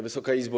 Wysoka Izbo!